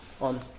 on